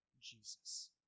Jesus